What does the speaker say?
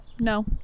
No